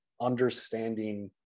understanding